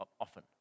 often